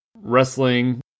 wrestling